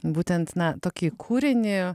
būtent na tokį kūrinį